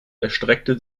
erstreckte